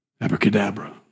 abracadabra